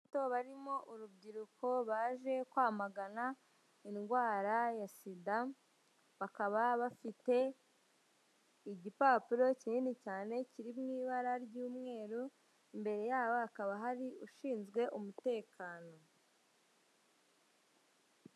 Abantu barimo urubyiruko baje kwamagana indwara ya sida bakaba bafite igipapuro kinini cyane kiri mu ibara ry'umweru imbere yabo hakaba hari ushinzwe umutekano.